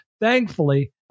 Thankfully